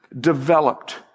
developed